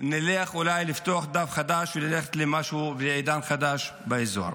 ונלך אולי לפתוח דף חדש ועידן חדש באזור.